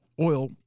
oil